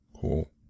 cool